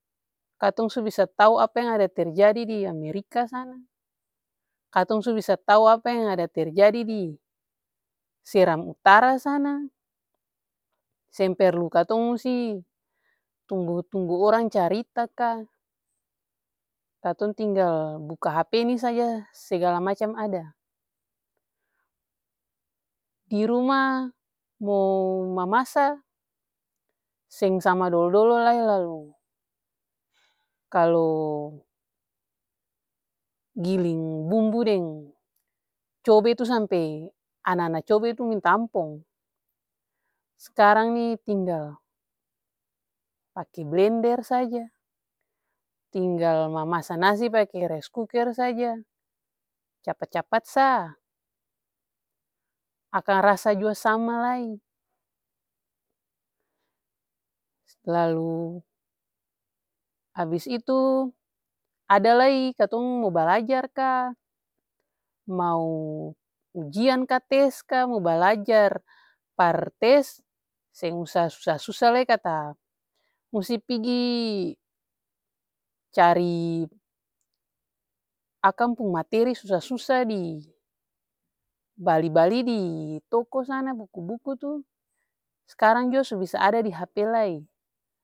Katong su bisa tau apa yang ada terjadi di amerika sana, katong su bisa tau apa terjadi di seram utara sana, seng perlu katong musti tunggu orang carita ka, katong tinggal buka hp nih saja segala macam ada. Diruma mo mamasa seng sama dolo-dolo lai lalu kalu giling bumbu deng cobe tuh sampe ana-ana cobe tuh minta ampong. Skarang nih tinggal pake blender saja, tinggal mamasa nasi pake reskuker saja, capat-capat sa akang rasa jua sama lai. Lalu abis itu ada lai katong mo balajar ka, mau ujian ka, tes ka, mau balajar par tes, seng usa susa-susa lai kata musti pigi cari akang pung materi susa-susa di bali-bali di toko sana. Buku-buku tuh skarang jua su bisa ada di hp lai.